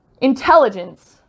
intelligence